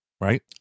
right